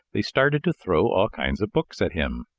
they started to throw all kinds of books at him.